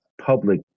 public